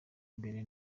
imbere